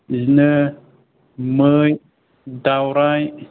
बिदिनो मै दावराइ